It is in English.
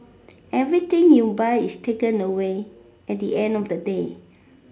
everything you buy is taken away at the end of the day